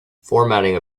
formatting